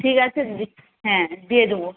ঠিক আছে দিদি হ্যাঁ দিয়ে দেব